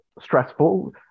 stressful